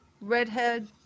redhead